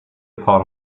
part